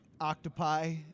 octopi